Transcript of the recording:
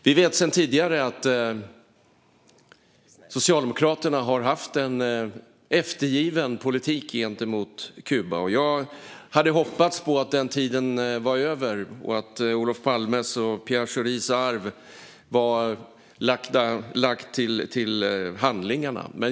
Vi vet sedan tidigare att Socialdemokraterna har haft en eftergiven politik gentemot Kuba. Jag hade hoppats att den tiden var över och att Olof Palmes och Pierre Schoris arv var lagt till handlingarna.